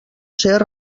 ser